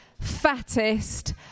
fattest